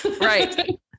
Right